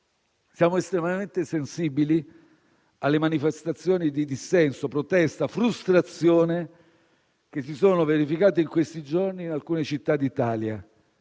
Siamo estremamente sensibili alle manifestazioni di dissenso, protesta e frustrazione che si sono verificate in questi giorni in alcune città d'Italia: